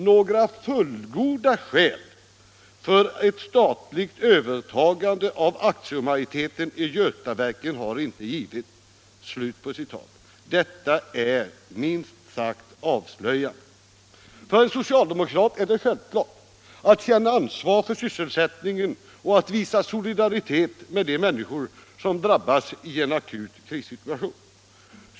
Några fullgoda skäl för ett statligt övertagande av aktiemajoriteten i Götaverken har inte givits.” Detta är minst sagt avslöjande. För en socialdemokrat är det självklart att känna ansvar för sysselsättningen och att visa solidarietet med de människor som drabbas i en akut krissituation.